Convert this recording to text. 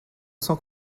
sans